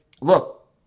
look